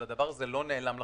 אך זה לא נעלם לחלוטין.